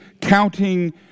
counting